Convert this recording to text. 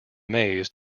maize